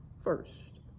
first